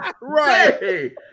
Right